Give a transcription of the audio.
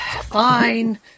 Fine